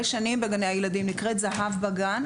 שנים בגני הילדים ונקראת "זה"ב בגן"